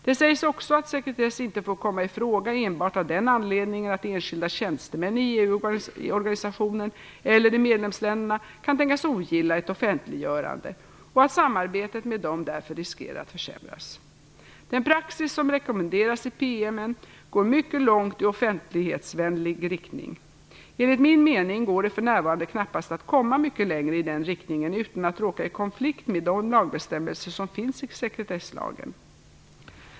Det sägs också att sekretess inte får komma i fråga enbart av den anledningen att enskilda tjänstemän i EU organisationen eller i medlemsländerna kan tänkas ogilla ett offentliggörande och att samarbetet med dem därför riskerar att försämras. Den praxis som rekommenderas i PM:n går mycket långt i offentlighetsvänlig riktning. Enligt min mening går det för närvarande knappast att komma mycket längre i den riktningen utan att råka i konflikt med de lagbestämmelser som finns i sekretesslagen.